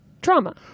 trauma